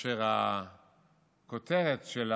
והכותרת,